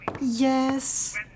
Yes